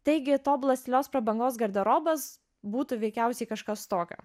taigi tobulas tylios prabangos garderobas būtų veikiausiai kažkas tokio